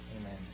Amen